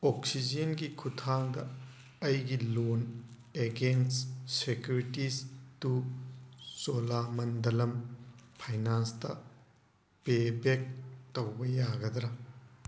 ꯑꯣꯛꯁꯤꯖꯦꯟꯒꯤ ꯈꯨꯠꯊꯥꯡꯗ ꯑꯩꯒꯤ loan against securities to Cholamandalam ꯐꯥꯏꯅꯥꯟꯁꯇ ꯄꯦ ꯕꯦꯛ ꯇꯧꯕ ꯌꯥꯒꯗ꯭ꯔꯥ